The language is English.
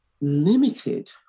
limited